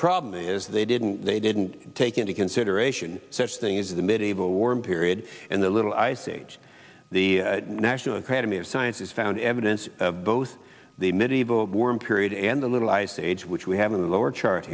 problem is they didn't they didn't take into consideration such thing as the medieval warm period and the little ice age the national academy of sciences found evidence both the medieval warm period and the little ice age which we have in the lower char